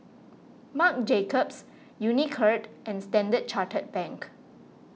Marc Jacobs Unicurd and Standard Chartered Bank